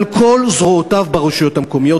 על כל זרועותיו ברשויות המקומיות.